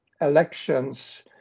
elections